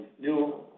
new